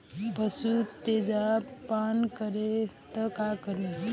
पशु तेजाब पान करी त का करी?